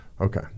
Okay